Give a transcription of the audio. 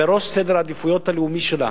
בראש סדר העדיפויות הלאומי שלה